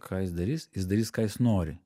ką jis darys jis darys ką jis nori